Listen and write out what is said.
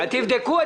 אני לא מכיר.